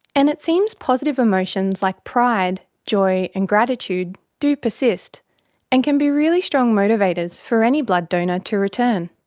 and it seems positive emotions like pride, joy and gratitude do persist and can be really strong motivators for any blood donor to return.